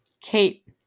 Kate